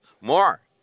more